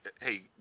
hey